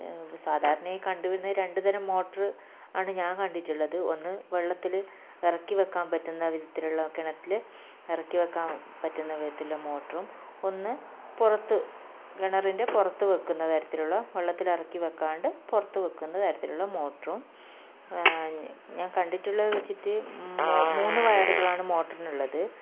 സാധാരണയായി കണ്ടുവരുന്നത് രണ്ടുതരം മോട്ടോർ ആണ് ഞാൻ കണ്ടിട്ടുള്ളത് ഒന്ന് വെള്ളത്തിൽ ഇറക്കി വെക്കാൻ പറ്റുന്ന വിധത്തിലുള്ള കിണറ്റിൽ ഇറക്കി വയ്ക്കാൻ പറ്റുന്ന വിധത്തിലുള്ള മോട്ടോറും ഒന്ന് പുറത്ത് കിണറിൻ്റെ പുറത്ത് വെക്കുന്ന തരത്തിലുള്ള വെള്ളത്തിൽ ഇറക്കി വെക്കാണ്ട് പുറത്ത് വെക്കുന്ന തരത്തിലുള്ള മോട്ടോറും ഞാൻ കണ്ടിട്ടുള്ളതിൽ വെച്ചിട്ട് മു മൂന്ന് വയറുകളാണ് മോട്ടറിന് ഉള്ളത്